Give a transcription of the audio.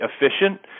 efficient